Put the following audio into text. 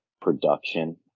production